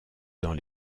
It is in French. dans